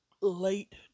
Late